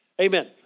Amen